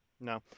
No